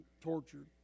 tortured